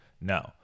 no